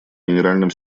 генеральным